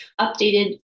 updated